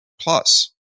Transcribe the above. plus